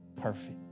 perfect